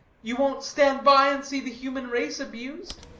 you won't stand by and see the human race abused?